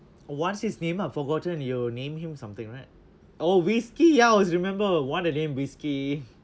what's his name I've forgotten you named him something right oh whiskey ya I was remember what a name whiskey